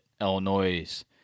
Illinois